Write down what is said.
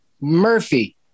murphy